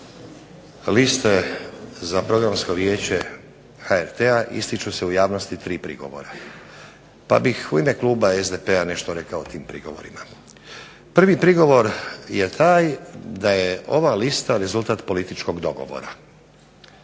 liste za Programsko vijeće HRT-a ističu se u javnosti tri prigovora, pa bih u ime kluba SDP-a nešto rekao o tim prigovorima. Prvi prigovor je taj da je ova lista rezultat političkog dogovora.